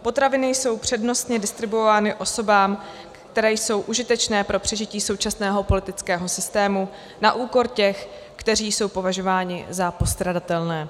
Potraviny jsou přednostně distribuovány osobám, které jsou užitečné pro přežití současného politického systému, na úkor těch, kteří jsou považováni za postradatelné.